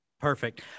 Perfect